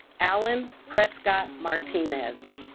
alan prescott martinez